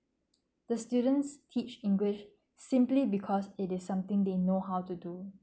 the students teach english simply because it is something they know how to do